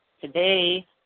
today